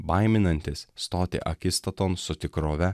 baiminantis stoti akistaton su tikrove